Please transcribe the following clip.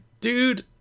dude